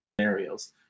scenarios